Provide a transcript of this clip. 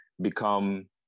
become